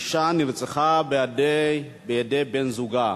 אשה נרצחה בידי בן-זוגה.